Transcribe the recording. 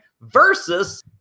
versus